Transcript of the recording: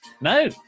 No